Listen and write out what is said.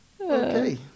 Okay